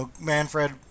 Manfred